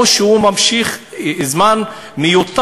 או שהוא ממשיך להיות שם זמן מיותר